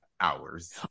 hours